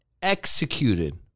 executed